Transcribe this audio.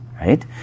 right